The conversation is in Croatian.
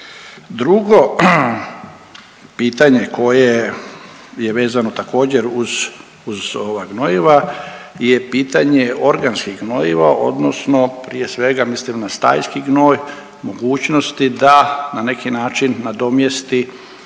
Drugo pitanje koje je vezano također uz, uz ova gnojiva je pitanje organskih gnojiva odnosno prije svega mislim na stajski gnoj, mogućnosti da na neki način nadomjesti